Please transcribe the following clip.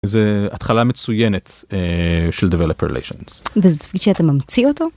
איזה התחלה מצויינת של developer relations.